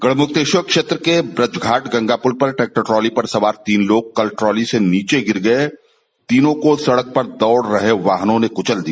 गढमुक्तेश्वर क्षेत्र के ब्रजघाट गंगापुल पर टैक्ट्रर ट्राली पर सवार तीन लोग कल ट्राली से नीचें गिर गए तीनों को सड़क पर दौड़ रहे वाहनों ने कुचल दिया